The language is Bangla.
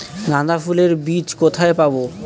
গাঁদা ফুলের বীজ কোথায় পাবো?